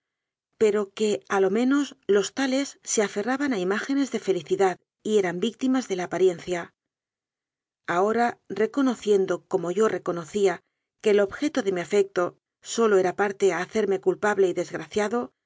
pero que a lo menos los tales se aferraban a imá genes de felicidad y eran víctimas de la aparien cia ahora reconociendo como yo reconocía que el objeto de mi afecto sólo era parte a hacerme culpable y desgraciado